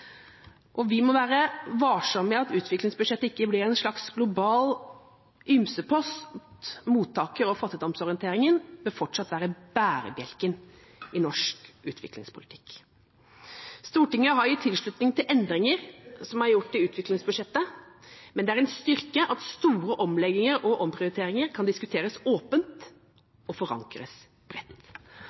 Vi må være varsomme, slik at utviklingsbudsjettet ikke blir en slags global ymsepost. Mottaker- og fattigdomsorienteringa bør fortsatt være bærebjelken i norsk utviklingspolitikk. Stortinget har gitt tilslutning til endringer som er gjort i utviklingsbudsjettet, men det er en styrke at store omlegginger og omprioriteringer kan diskuteres åpent og forankres bredt.